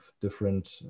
different